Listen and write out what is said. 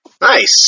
Nice